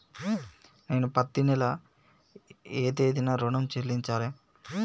నేను పత్తి నెల ఏ తేదీనా ఋణం చెల్లించాలి?